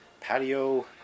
patio